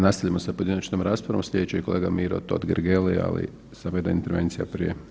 Nastavljamo sa pojedinačnom raspravom, sljedeći je kolega Miro Totgergeli, ali samo jedna intervencija prije.